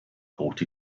thought